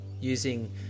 using